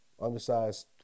Undersized